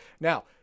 Now